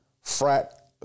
frat